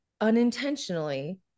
unintentionally